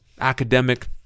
academic